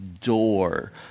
door